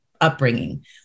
upbringing